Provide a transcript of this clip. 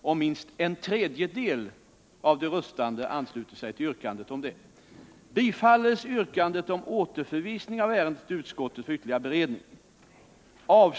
Propositioner ställs först beträffande det av Birgitta Dahl under överläggningen framställda yrkandet om återförvisning av ärendet till utskottet för ytterligare beredning.